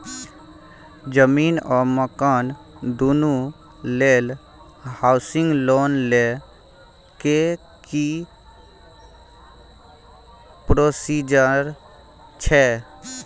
जमीन आ मकान दुनू लेल हॉउसिंग लोन लै के की प्रोसीजर छै?